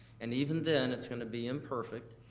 and even then it's gonna be imperfect,